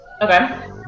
Okay